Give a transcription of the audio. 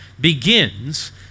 begins